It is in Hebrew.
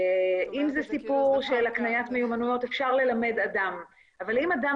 אם זה סיפור של הקניית מיומנויות אפשר ללמד אדם אבל אם אדם